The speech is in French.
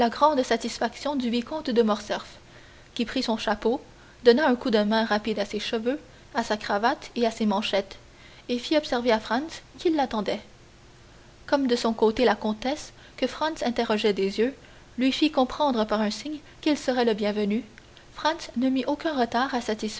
la grande satisfaction du vicomte de morcerf qui prit son chapeau donna un coup de main rapide à ses cheveux à sa cravate et à ses manchettes et fit observer à franz qu'il l'attendait comme de son côté la comtesse que franz interrogeait des yeux lui fit comprendre par un signe qu'il serait le bienvenu franz ne mit aucun retard